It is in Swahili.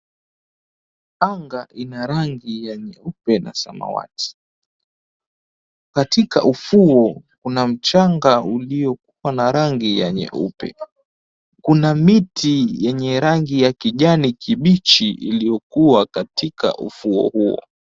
Anga ina rangi ya nyeupe na samawati. Katika ufuo kuna mchanga uliokuwa na rangi ya nyeupe. Kuna miti yenye rangi ya kijani kibichi iliyokuwa katika ufuo huo.